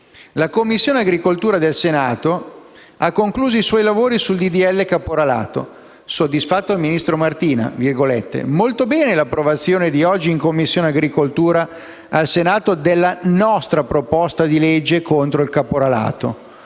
«La Commissione agricoltura del Senato ha concluso i suoi lavori sul disegno di legge caporalato. Soddisfatto il ministro Martina: molto bene l'approvazione di oggi in Commissione agricoltura al Senato della nostra proposta di legge contro il caporalato.